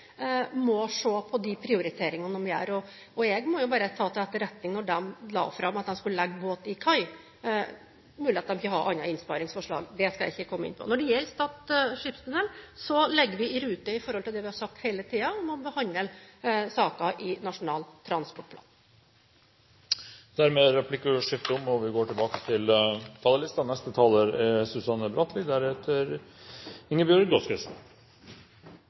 må se på de prioriteringene de gjør. Jeg må jo bare ta til etterretning når de la fram at de skulle legge båt til kai, at det er mulig at de ikke hadde andre innsparingsforslag. Det skal jeg ikke komme inn på. Når det gjelder Stad skipstunnel, ligger vi i rute i forhold til det vi har sagt hele tiden, om å behandle saken i Nasjonal transportplan. Replikkordskiftet er dermed omme. Vi har grunn til